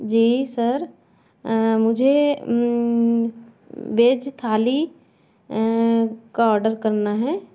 जी sir मुझे veg thali का order करना है